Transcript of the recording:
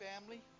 family